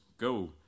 Go